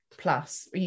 plus